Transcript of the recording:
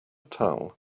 towel